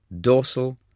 dorsal